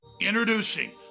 Introducing